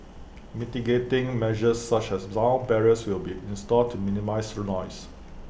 mitigating measures such as long barriers will be installed to minimise noise